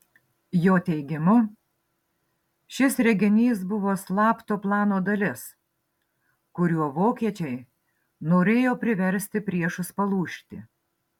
jo teigimu šis reginys buvo slapto plano dalis kuriuo vokiečiai norėjo priversti priešus palūžti